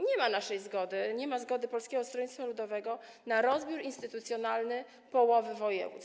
Nie ma naszej zgody, nie ma zgody Polskiego Stronnictwa Ludowego na rozbiór instytucjonalny połowy województw.